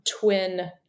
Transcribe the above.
twin